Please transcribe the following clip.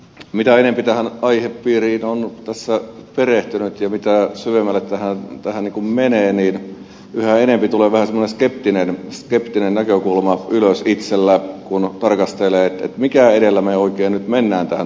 mitä enempi tähän aihepiiriin on tässä perehtynyt ja mitä syvemmälle tähän menee yhä enempi nousee vähän semmoinen skeptinen näkökulma itselle kun tarkastelee mikä edellä me oikein nyt menemme tähän tulevaisuuteen